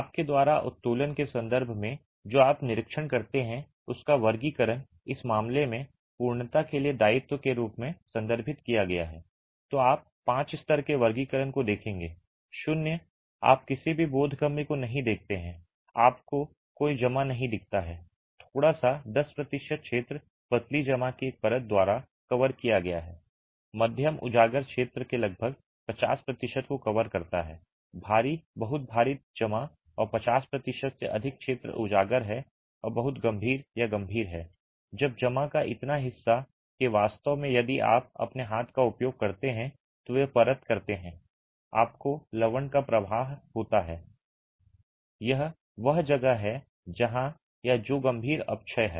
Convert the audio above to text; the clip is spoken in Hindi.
आपके द्वारा उत्तोलन के संदर्भ में जो आप निरीक्षण करते हैं उसका वर्गीकरण इस मामले में पूर्णता के लिए दायित्व के रूप में संदर्भित किया गया है तो आप पाँच स्तर के वर्गीकरण को देखेंगे शून्य आप किसी भी बोधगम्य को नहीं देखते हैं आपको कोई जमा नहीं दिखता है थोड़ा सा 10 प्रतिशत क्षेत्र पतली जमा की एक परत द्वारा कवर किया गया है मध्यम उजागर क्षेत्र के लगभग 50 प्रतिशत को कवर करता है भारी बहुत भारी जमा और 50 प्रतिशत से अधिक क्षेत्र उजागर है और बहुत गंभीर या गंभीर है जब जमा का इतना हिस्सा कि वास्तव में यदि आप अपने हाथ का उपयोग करते हैं तो वे परत करते हैं आपको लवण का प्रवाह होता है और यह वह जगह है जहां या जो गंभीर अपक्षय है